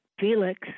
Felix